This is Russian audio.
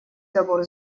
забор